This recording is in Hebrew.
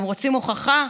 אתם רוצים הוכחה?